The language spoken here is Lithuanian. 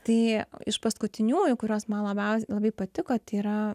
tai iš paskutiniųjų kurios man labiausiai labai patiko tai yra